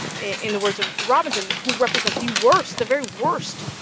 in the words of robinson, who represent the worst, the very worst,